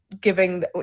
giving